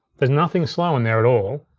there's nothing slow in there at all,